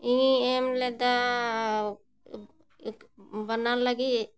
ᱤᱧᱤᱧ ᱮᱢ ᱞᱮᱫᱟ ᱵᱮᱱᱟᱨ ᱞᱟᱹᱜᱤᱫ